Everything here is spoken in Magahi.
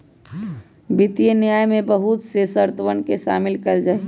वित्तीय न्याय में बहुत से शर्तवन के शामिल कइल जाहई